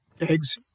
Eggs